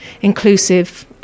inclusive